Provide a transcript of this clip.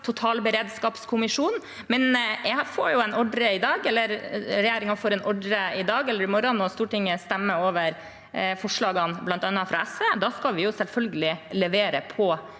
totalberedskapskommisjon. Jeg, eller regjeringen, får en ordre i dag – eller i morgen når Stortinget stemmer over forslagene bl.a. fra SV. Da skal vi selvfølgelig levere på